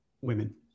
women